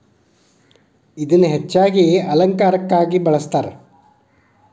ಇದನ್ನಾ ಹೆಚ್ಚಾಗಿ ಅಲಂಕಾರಕ್ಕಾಗಿ ಬಳ್ಸತಾರ